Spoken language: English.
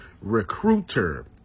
Recruiter